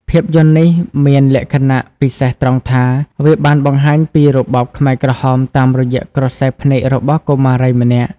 ភាពយន្តនេះមានលក្ខណៈពិសេសត្រង់ថា វាបានបង្ហាញពីរបបខ្មែរក្រហមតាមរយៈក្រសែភ្នែករបស់កុមារីម្នាក់។